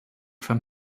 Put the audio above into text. from